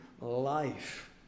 life